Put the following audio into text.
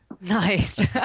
Nice